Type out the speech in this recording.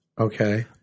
Okay